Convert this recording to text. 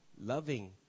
Loving